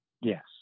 Yes